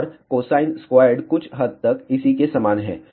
और cosine squared कुछ हद तक इसी के समान है